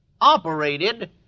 operated